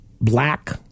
black